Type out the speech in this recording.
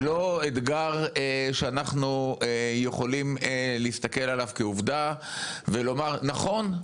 זה לא אתגר שאנחנו יכולים להסתכל עליו כעובדה ולומר: נכון,